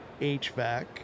HVAC